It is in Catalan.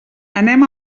anem